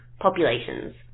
populations